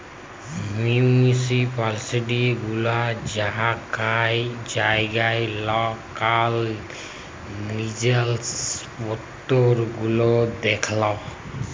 municipality গুলা জাইগায় জাইগায় লকাল জিলিস পত্তর গুলা দ্যাখেল